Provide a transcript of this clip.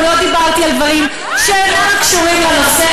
ואני חושבת שגם לא דיברתי על דברים שאינם קשורים לנושא,